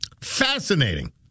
Fascinating